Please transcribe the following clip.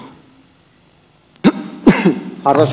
arvoisa puhemies